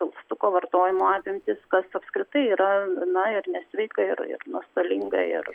pilstuko vartojimo apimtys kas apskritai yra na ir nesveika ir ir nuostolinga ir